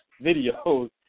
videos